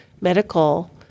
medical